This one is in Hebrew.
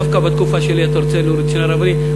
דווקא בתקופה שלי אתה רוצה להוריד את שני הרבנים?